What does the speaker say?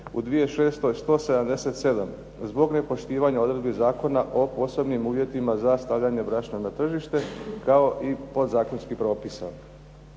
u 2006. 177. zbog nepoštivanja odredbi Zakona o posebnim uvjetima za stavljanje brašna na tržište kao i podzakonskih propisa.